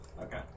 Okay